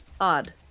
odd